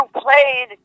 played